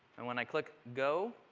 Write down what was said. and when i click go,